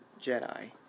Jedi